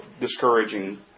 discouraging